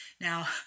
Now